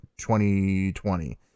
2020